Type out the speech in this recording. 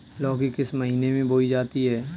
लौकी किस महीने में बोई जाती है?